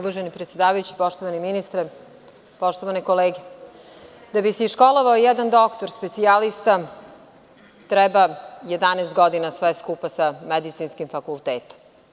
Uvaženi predsedavajući, poštovani ministre, poštovane kolege, da bi se školovao jedan doktor specijalista treba 11 godina, sve skupa sa medicinskim fakultetom.